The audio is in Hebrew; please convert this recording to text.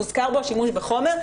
מוזכר בו השימוש בחומר.